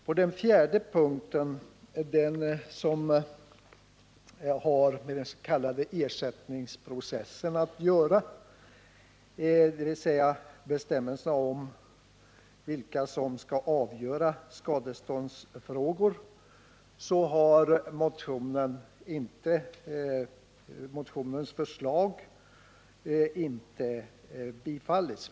På den fjärde punkten som har med den s.k. ersättningsprocessen att göra, dvs. bestämmelserna om vilka som skall avgöra skadeståndsfrågor, har motionens förslag inte tillstyrkts.